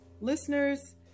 listeners